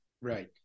Right